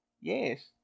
Yes